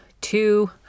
two